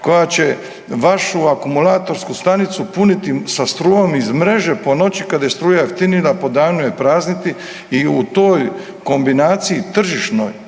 koja će vašu akumulatorsku stanicu puniti sa strujom iz mreže ponoći kada je struja jeftinija, a po danu ju prazniti i u toj kombinaciji tržišnoj